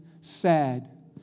sad